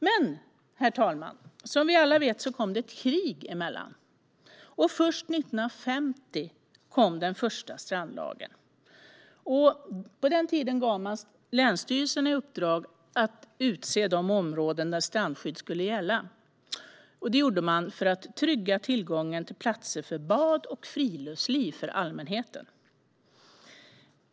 Men, herr talman, som vi alla vet kom det ett krig emellan, och först 1950 kom den första strandlagen. På den tiden gav man länsstyrelserna i uppdrag att utse de områden där strandskydd skulle gälla. Det gjorde man för att trygga tillgången till platser för bad och friluftsliv för allmänheten.